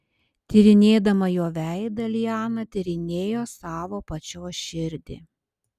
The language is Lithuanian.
tyrinėdama jo veidą liana tyrinėjo savo pačios širdį